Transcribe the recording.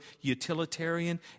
utilitarian